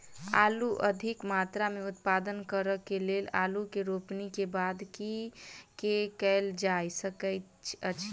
आलु अधिक मात्रा मे उत्पादन करऽ केँ लेल आलु केँ रोपनी केँ बाद की केँ कैल जाय सकैत अछि?